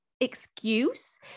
excuse